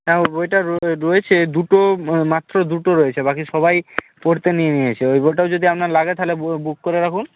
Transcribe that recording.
হ্যাঁ ওই বইটা রয়েছে দুটো মাত্র দুটো রয়েছে বাকি সবাই পড়তে নিয়ে নিয়েছে ওই বইটাও যদি আপনার লাগে তাহলে বুক করে রাখুন